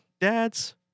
dad's